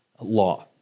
law